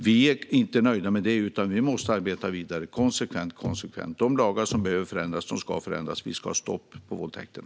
Vi är inte nöjda, utan vi måste arbeta vidare konsekvent. De lagar som behöver förändras ska förändras, och det ska bli stopp på våldtäkterna.